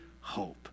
hope